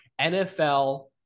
nfl